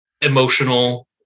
emotional